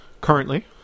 Currently